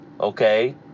Okay